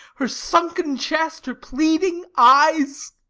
her sunken chest, her pleading eyes.